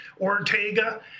Ortega